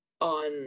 on